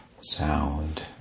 sound